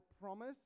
promise